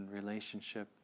relationship